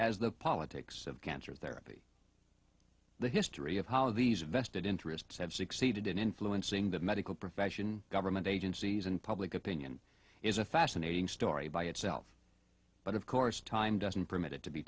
as the politics of cancer therapy the history of how these vested interests have succeeded in influencing the medical profession government agencies and public opinion is a fascinating story by itself but of course time doesn't permit it to be